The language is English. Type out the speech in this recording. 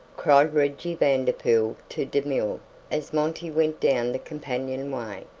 cried reggie vanderpool to demille as monty went down the companionway.